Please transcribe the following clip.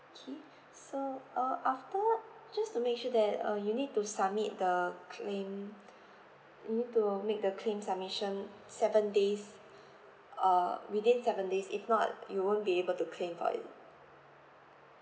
okay so uh after just to make sure that uh you need to submit the claim you need make the claim submission seven days uh within seven days if not you won't be able to claim for it